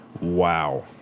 wow